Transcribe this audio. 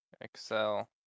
Excel